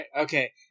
okay